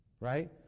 Right